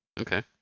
Okay